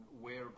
whereby